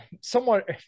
somewhat